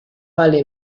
vale